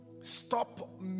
Stop